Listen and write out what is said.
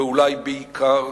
ואולי בעיקר,